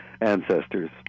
ancestors